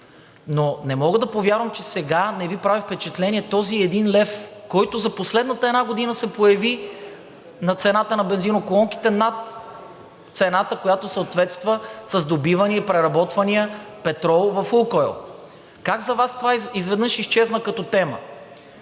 Но не мога да повярвам, че сега не Ви прави впечатление този един лев, който за последната една година се появи на цената на бензиноколонките над цената, която съответства с добивания и преработвания петрол в „Лукойл“! Как за Вас това изведнъж изчезна като тема?